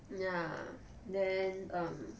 ya then um